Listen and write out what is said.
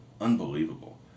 unbelievable